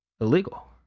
Illegal